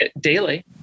daily